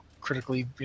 critically